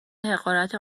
حقارت